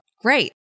great